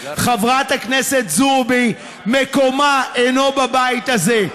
חברת הכנסת זועבי, מקומה אינו בבית הזה.